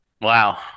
Wow